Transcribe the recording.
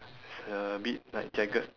it's a bit like jagged